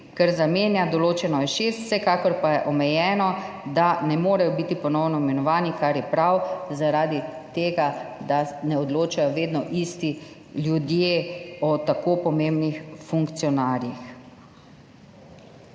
kar zamenja. Določeno je šest, vsekakor pa je omejeno, da ne morejo biti ponovno imenovani, kar je prav, zaradi tega da ne odločajo vedno isti ljudje o tako pomembnih funkcionarjih.